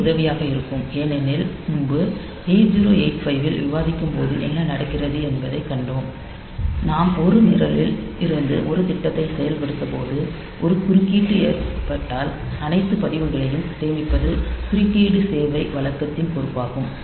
இது உதவியாக இருக்கும் ஏனெனில் முன்பு 8085 இல் விவாதிக்கும் போது என்ன நடக்கிறது என்பதைக் கண்டோம் நாம் ஒரு நிரலில் இருந்து ஒரு திட்டத்தை செயல்படுத்தும்போது ஒரு குறுக்கீடு ஏற்பட்டால் அனைத்து பதிவுகளையும் சேமிப்பது குறுக்கீடு சேவை வழக்கத்தின் பொறுப்பாகும்